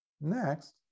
Next